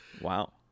Wow